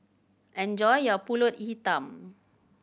enjoy your Pulut Hitam